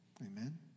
Amen